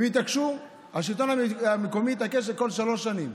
הם התעקשו, השלטון המקומי התעקש שבכל שלוש שנים.